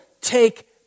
take